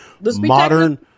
modern